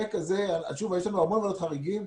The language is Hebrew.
יש לנו הרבה ועדות חריגים.